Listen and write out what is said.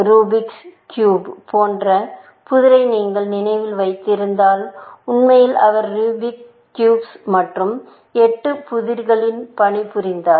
Rubik's cube போன்ற புதிரை நீங்கள் நினைவில் வைத்திருந்தால் உண்மையில் அவர் ரூபிக்ஸ் கியூப் மற்றும் எட்டு புதிர்களில் பணிபுரிந்தார்